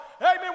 Amen